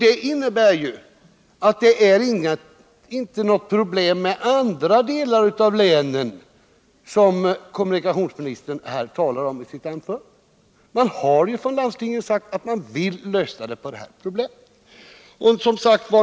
Det innebär att det inte är något problem med andra delar av länet, som kommunikationsministern här talade om i sitt anförande. Man har från landstingens sida sagt att man vill lösa problemet på det här sättet.